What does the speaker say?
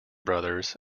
brothers